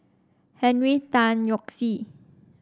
Henry Tan Yoke See